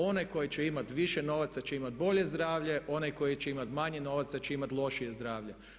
Onaj koji će imati više novaca će imati bolje zdravlje, onaj koji će imati manje novaca će imati lošije zdravlje.